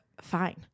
fine